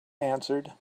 answered